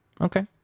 Okay